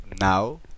Now